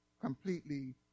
completely